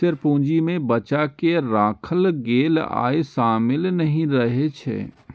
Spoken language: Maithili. शेयर पूंजी मे बचा कें राखल गेल आय शामिल नहि रहै छै